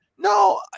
No